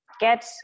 get